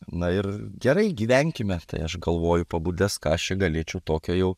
na ir gerai gyvenkime tai aš galvoju pabudęs ką aš galėčiau tokio jau